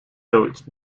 zoiets